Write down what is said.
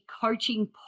coaching